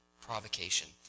provocation